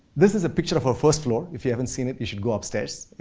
this is a picture of our first floor, if you haven't seen it you should go upstairs.